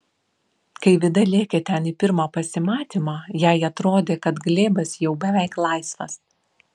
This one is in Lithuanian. kai vida lėkė ten į pirmą pasimatymą jai atrodė kad glėbas jau beveik laisvas